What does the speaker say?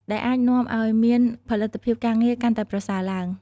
ដែលអាចនាំឱ្យមានផលិតភាពការងារកាន់តែប្រសើរឡើង។